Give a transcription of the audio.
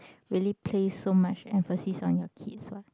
really place so much emphasis on your kids what